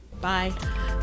Bye